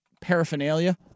paraphernalia